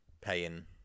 paying